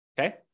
okay